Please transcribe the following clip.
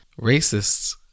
Racists